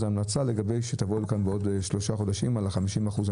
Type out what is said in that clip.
אנו ממליצים שתבואו לכאן בעוד שלושה חודשים ותדווחו על ה-50% הנותרים.